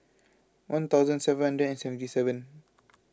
one thousand seven hundred and seventy seven